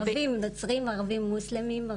ערבים נוצרים, ערבים מוסלמים?